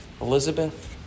Elizabeth